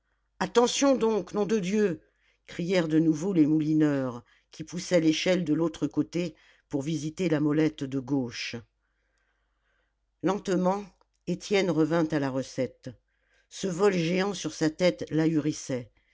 attention donc nom de dieu crièrent de nouveau les moulineurs qui poussaient l'échelle de l'autre côté pour visiter la molette de gauche lentement étienne revint à la recette ce vol géant sur sa tête